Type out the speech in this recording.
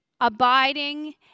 abiding